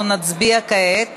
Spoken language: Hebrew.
אנחנו נצביע כעת